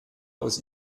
aus